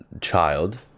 child